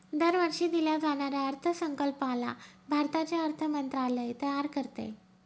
दरवर्षी दिल्या जाणाऱ्या अर्थसंकल्पाला भारताचे अर्थ मंत्रालय तयार करते